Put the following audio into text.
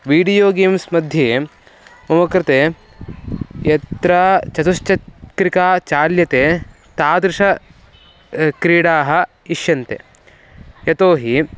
video games मध्ये मम कृते यत्र चतुश्चक्रिका चाल्यते तादृश क्रीडाः इष्यन्ते यतोहि